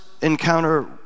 Encounter